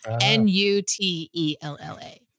N-U-T-E-L-L-A